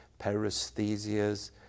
paresthesias